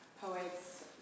poets